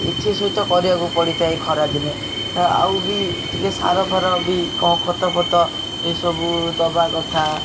ଏଥି ସହିତ କରିବାକୁ ପଡ଼ିଥାଏ ଖରାଦିନେ ଆଉ ବି ଟିକେ ସାର ଫାର ବି କଣ ଖତ ଫତ ଏସବୁ ଦବା କଥା